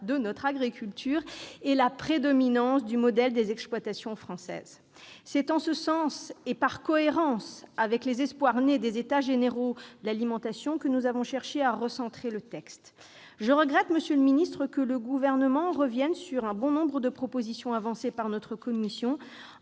de notre agriculture et la prédominance du modèle des exploitations françaises. C'est en ce sens, et par cohérence avec les espoirs nés des États généraux de l'alimentation, que nous avons cherché à recentrer le texte. Monsieur le ministre, je regrette que le Gouvernement revienne sur bon nombre des propositions avancées par notre commission,